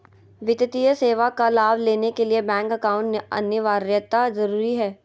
वित्तीय सेवा का लाभ लेने के लिए बैंक अकाउंट अनिवार्यता जरूरी है?